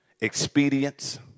expedience